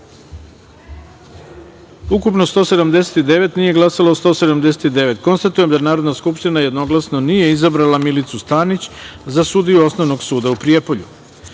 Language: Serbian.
ukupno – 179, nije glasalo – 179.Konstatujem da Narodna skupština jednoglasno nije izabrala Milicu Stanić za sudiju Osnovnog suda u Prijepolju.10.